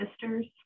sisters